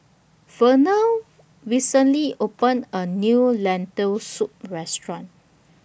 Vernal recently opened A New Lentil Soup Restaurant